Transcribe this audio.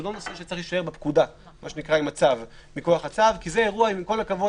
לא נושא שצריך להישאר בפקודה מכוח הצו כי זה שעם כל הכבוד